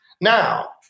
Now